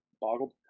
boggled